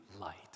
light